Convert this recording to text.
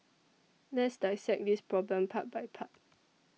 Let's dissect this problem part by part